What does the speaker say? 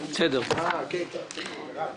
יונתן פלורסהים, אגף תקציבים.